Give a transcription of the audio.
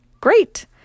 great